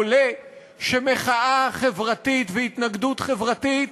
עולה שמחאה חברתית והתנגדות חברתית